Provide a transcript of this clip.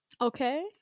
okay